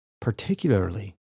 particularly